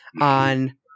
on